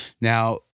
Now